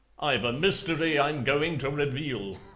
i've a mystery i'm going to reveal!